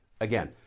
again